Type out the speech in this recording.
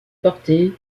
porté